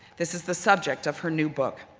this is the subject of her new book.